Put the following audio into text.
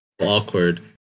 awkward